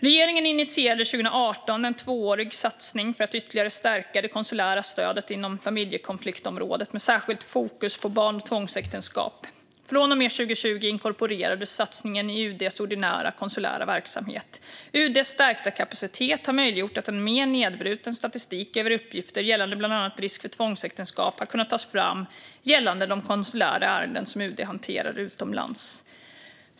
Regeringen initierade 2018 en tvåårig satsning för att ytterligare stärka det konsulära stödet inom familjekonfliktområdet, med särskilt fokus på barn och tvångsäktenskap. Från och med 2020 inkorporerades satsningen i UD:s ordinarie konsulära verksamhet. UD:s stärkta kapacitet har möjliggjort att en mer nedbruten statistik över uppgifter gällande bland annat risk för tvångsäktenskap har kunnat tas fram gällande de konsulära ärenden som UD hanterar utomlands.